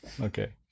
Okay